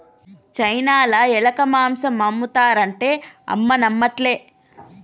చైనాల ఎలక మాంసం ఆమ్ముతారు అంటే అమ్మ నమ్మట్లే